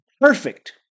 perfect